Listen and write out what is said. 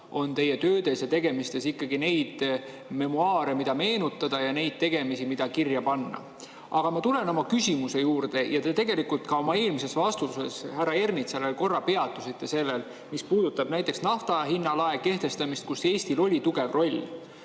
on teie töödes ja tegemistes ikkagi kogunenud memuaare, mida meenutada, ja neid tegemisi, mida kirja panna. Aga ma tulen oma küsimuse juurde. Te tegelikult oma eelmises vastuses härra Ernitsale korra peatusite sellel, mis puudutab nafta hinna lae kehtestamist, milles Eestil oli tugev roll.